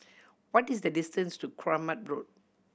what is the distance to Kramat Road